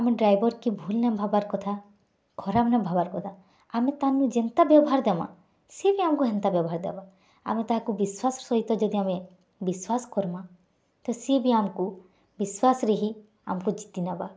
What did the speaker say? ଆମେ ଡ଼୍ରାଇଭର୍କେ ଭୁଲ୍ ନାଇ ଭାବ୍ବାର୍ କଥା ଖରାପ୍ ନାଇ ଭାବ୍ବାର୍ କଥା ଆମେ ତାହାନୁ ଯେନ୍ତା ବ୍ୟବହାର୍ ଦେମା ସେ ବି ଆମ୍କୁ ହେନ୍ତା ବ୍ୟବହାର୍ ଦେବା ଆମେ ତାହାକୁ ବିଶ୍ୱାସ୍ ସହିତ ଯଦି ବିଶ୍ୱାସ୍ କର୍ମା ତ ସେ ବି ଆମ୍କୁ ବିଶ୍ୱାସରେ ହି ଆମକୁ ଯିତିନବା